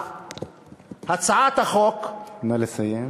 הצעת החוק, נא לסיים.